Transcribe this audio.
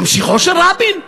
ממשיכו של רבין.